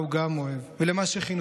בין מה שכתוב בתורה,